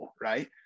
right